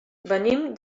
venim